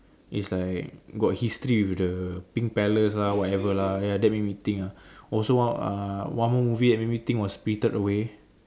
is like got history with the pink palace lah whatever lah ya that made me think ah also one uh one more movie that made me think was spirited away